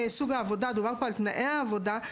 דובר פה על תנאי העבודה.